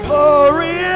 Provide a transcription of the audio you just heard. Glory